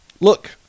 Look